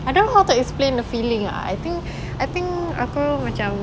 I don't know how to explain the feeling ah I think I think aku macam